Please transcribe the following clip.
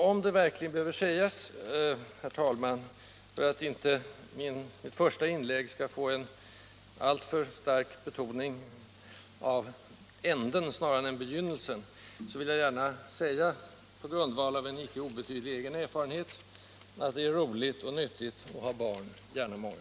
Om det verkligen behöver sägas, herr talman, för att inte mitt första inlägg skall få en alltför stark betoning av änden snarare än begynnelsen, vill jag gärna — på grundval av en icke obetydlig egen erfarenhet — säga att det är både roligt och nyttigt att ha barn — gärna många.